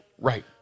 Right